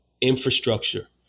infrastructure